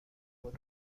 خود